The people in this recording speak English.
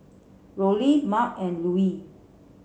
Rollie Marc and Lewis